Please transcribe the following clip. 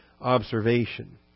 observation